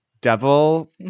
devil